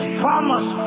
promise